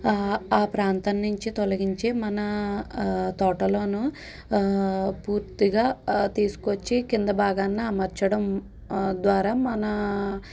ఆ ప్రాంతం నుంచి తొలగించే మన తోటలోనూ పూర్తిగా తీసుకొచ్చి కింద భాగన్ని అమర్చడం ద్వారా మన